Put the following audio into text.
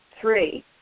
Three